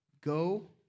Go